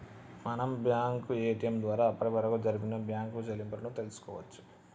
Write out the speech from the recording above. మనం bank ATM ద్వారా అప్పటివరకు జరిపిన బ్యేంకు చెల్లింపులను తెల్సుకోవచ్చు